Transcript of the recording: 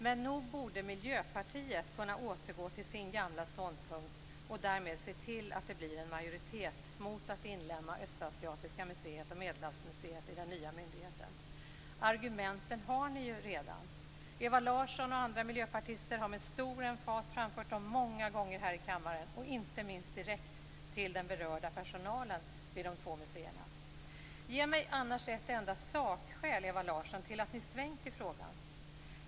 Men nog borde Miljöpartiet kunna återgå till sin gamla ståndpunkt och därmed se till att det blir en majoritet mot att inlemma Östasiatiska museet och Medelhavsmuseet i den nya myndigheten. Argumenten har ni ju redan. Ewa Larsson och andra miljöpartister har med stor emfas framfört dem många gånger här i kammaren och inte minst direkt till den berörda personalen vi de två museerna. Ge mig annars ett enda sakskäl, Ewa Larsson, till att ni har svängt i frågan.